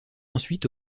ensuite